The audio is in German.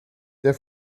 der